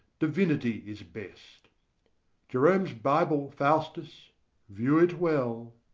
divinity is best jerome's bible, faustus view it well.